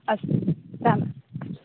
अस्तु राम्राम्